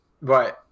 Right